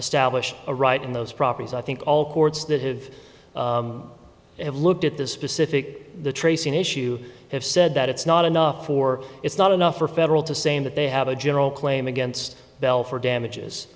establish a right in those properties i think all courts that have looked at the specific the tracing issue have said that it's not enough or it's not enough for federal to saying that they have a general claim against bell for damages